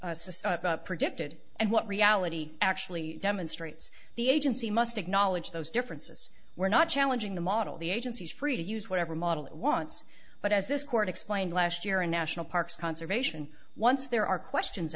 projections predicted and what reality actually demonstrates the agency must acknowledge those differences we're not challenging the model the agency is free to use whatever model it wants but as this court explained last year in national parks conservation once there are questions